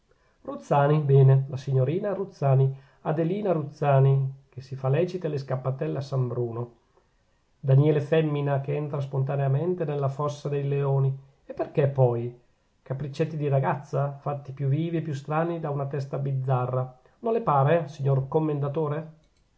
ruzzani bene la signorina ruzzani adelina ruzzani che si fa lecite le scappatelle a san bruno daniele femmina che entra spontaneamente nella fossa dei leoni e perchè poi capriccetti di ragazza fatti più vivi e più strani da una testa bizzarra non le pare signor commendatore